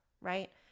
right